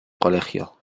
colegio